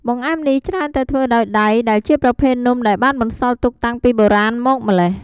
បង្អែមនេះច្រើនតែធ្វើដោយដៃ ដែលជាប្រភេទនំដែលបានបន្សល់ទុកតាំងពីបុរាណមកម៉្លេះ។